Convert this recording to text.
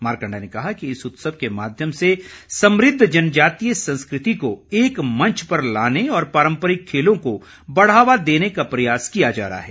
मारकण्डा ने कहा कि इस उत्सव के माध्यम से समृद्व जनजातीय संस्कृति को एकमंच पर लाने और पारम्परिक खेलों को बढ़ावा देने का प्रयास किया जा रहा है